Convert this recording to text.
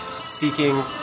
seeking